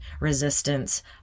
resistance